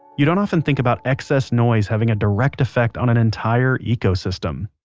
you don't often think about excess noise having a direct effect on an entire ecosystem.